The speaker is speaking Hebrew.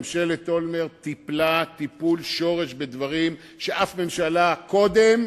ממשלת אולמרט טיפלה טיפול שורש בדברים ששום ממשלה קודמת